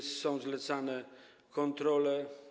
Są zlecane kontrole.